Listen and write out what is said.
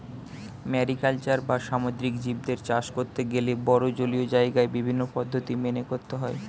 mariculture বা সামুদ্রিক জীবদের চাষ করতে গেলে বড়ো জলীয় জায়গায় বিভিন্ন পদ্ধতি মেনে করতে হয়